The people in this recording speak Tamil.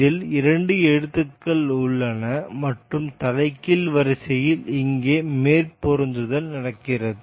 இதில் இரண்டு எழுத்துக்கள் உள்ளன மற்றும் தலைகீழ் வரிசையில் இங்கே மேற்பொருந்துதல் நடக்கிறது